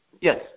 Yes